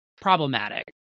problematic